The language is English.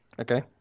okay